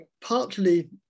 partly